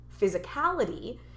physicality